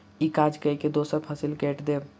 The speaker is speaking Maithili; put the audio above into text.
ई काज कय के दोसर फसिल कैट देब